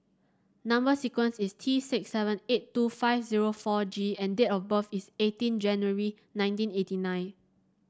number sequence is T six seven eight two five zero four G and date of birth is eighteen January nineteen eighty nine